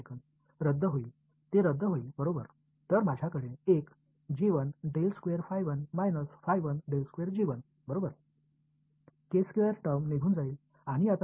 இடது புறத்தில் எத்தனை வெளிப்பாடுகள் உள்ளன அது 4 வெளிப்பாடுகளாக இருக்க வேண்டும் ஆனால் பெருகுவதால் மற்றும் பெருகுவதால் என்ன நடக்கும் வெளிப்பாடுகள் உடன் என்ன நடக்கும்